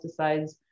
pesticides